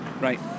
Right